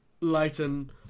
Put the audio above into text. lighten